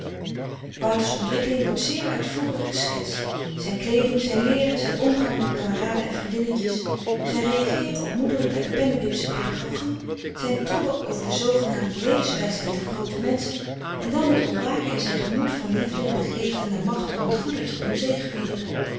wouters ontwikkeling wordt zeer uitvoerig geschetst zijn kleeding zijn leeren zijn omgang met kameraden en vriendinnetjes zijn reageeren op moederlijke en pennewipsche paedagogie zijn tobben over de z g n levenswijsheid der groote menschen en dan het ontwaken in zijn gemoed van liefde en begeerte naar macht om het goede te doen zegevieren